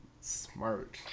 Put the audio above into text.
Smart